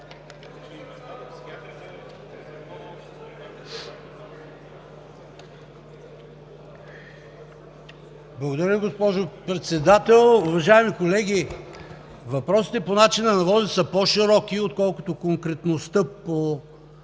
Благодаря Ви, госпожо Председател. Уважаеми колеги, въпросите по начина на водене са по-широки, отколкото конкретността по